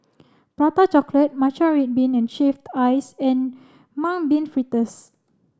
Prata Chocolate Matcha Red Bean and Shaved Ice and Mung Bean Fritters